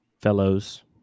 fellows